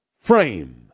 frame